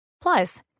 Plus